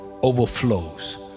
overflows